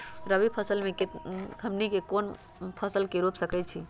रबी फसल में हमनी के कौन कौन से फसल रूप सकैछि?